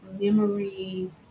memory